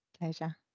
Pleasure